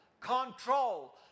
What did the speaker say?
control